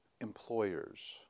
employers